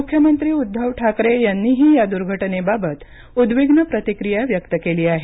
मुख्यमंत्री उद्धव ठाकरे यांनीही या दुर्घटनेबाबत उद्विग्न प्रतिक्रिया व्यक्त केली आहे